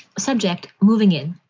subject. moving in.